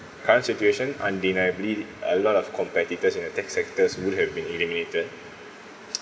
current situation undeniably a lot of competitors in the tech sectors would have been eliminated